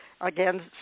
again